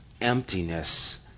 emptiness